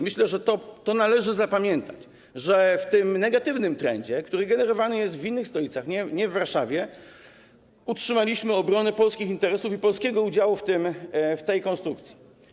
Myślę, że to należy zapamiętać, że w tym negatywnym trendzie, który generowany jest w innych stolicach, nie w Warszawie, utrzymaliśmy obronę polskich interesów i polskiego udziału w tej konstrukcji.